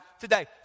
today